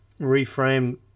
reframe